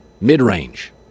mid-range